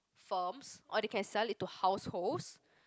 firms or they can sell it to households